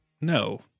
No